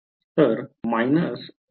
तर j4H0 हे आहे बरोबर